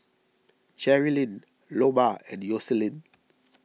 Jerilynn Loma and Yoselin